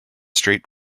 straight